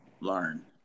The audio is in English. learn